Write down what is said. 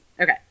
Okay